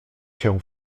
się